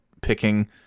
picking